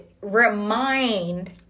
remind